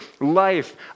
life